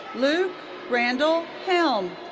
luke randall helm.